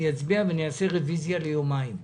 אני אצביע ואני אעשה רוויזיה ליומיים.